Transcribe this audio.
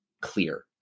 clear